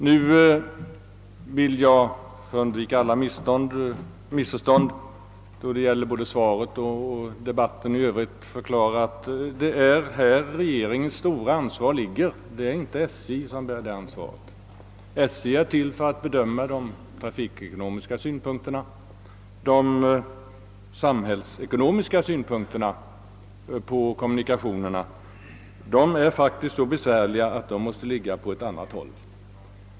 Nu vill jag för att undvika alla missförstånd då det gäller min uppfattning förklara att det är här regeringens stora ansvar ligger, det är inte SJ som bär det ansvaret. SJ är till för att bedöma de trafikekonomiska synpunkterna. De samhällsekonomiska synpunkterna på kommunikationerna är faktiskt så komplicerade att de måste bedömas på annat håll.